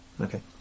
Okay